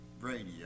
radio